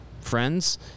friends